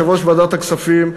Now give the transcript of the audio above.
יושב-ראש ועדת הכספים,